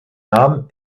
namen